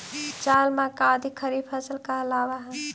चावल, मक्का आदि खरीफ फसल कहलावऽ हइ